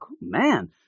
man